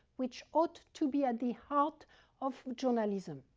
which ought to be at the heart of journalism,